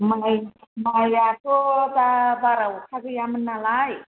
माइ माइयाथ' दा बारा अखा गैयामोन नालाय